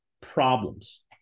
problems